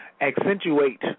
accentuate